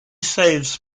saves